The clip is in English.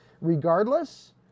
Regardless